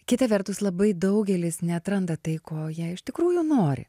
kita vertus labai daugelis neatranda tai ko jie iš tikrųjų nori